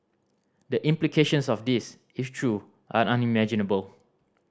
the implications of this if true are unimaginable